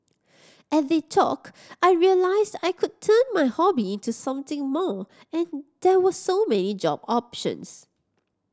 at the talk I realised I could turn my hobby into something more and there were so many job options